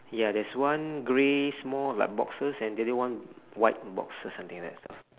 ya there's one grey small like boxes and the other one white boxes something like that